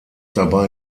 dabei